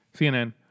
CNN